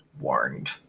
warned